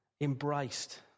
embraced